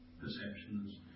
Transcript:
perceptions